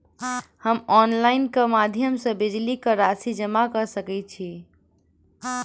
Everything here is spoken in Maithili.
हम ऑनलाइन केँ माध्यम सँ बिजली कऽ राशि जमा कऽ सकैत छी?